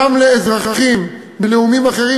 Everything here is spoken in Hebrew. גם לאזרחים מלאומים אחרים,